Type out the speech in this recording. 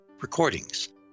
recordings